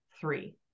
three